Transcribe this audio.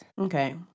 Okay